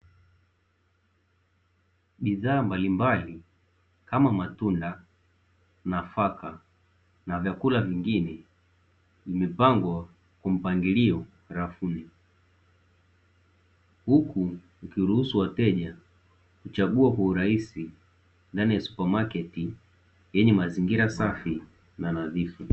Bidhaa mbali mbali kama matunda, nafaka na vyakula vingine vimepangwa kwa mpangilio rafuni huku vikiruhusu wateja kuchagua kwa urahisi ndani ya "super market" yenye mazingira safi na nadhifu.